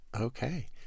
Okay